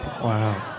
Wow